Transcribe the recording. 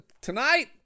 tonight